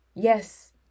yes